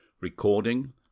Recording